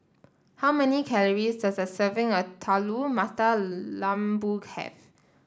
how many calories does a serving of Telur Mata Lembu have